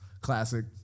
Classic